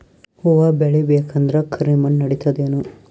ಹುವ ಬೇಳಿ ಬೇಕಂದ್ರ ಕರಿಮಣ್ ನಡಿತದೇನು?